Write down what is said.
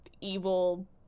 evil